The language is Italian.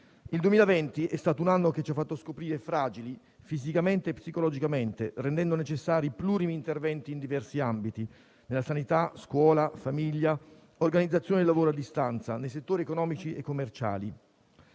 Il 2020 è stato un anno che ci ha fatto scoprire fragili, fisicamente e psicologicamente, rendendo necessari plurimi interventi in diversi ambiti: sanità, scuola, famiglia e organizzazione del lavoro a distanza nei settori economici e commerciali.